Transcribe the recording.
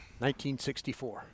1964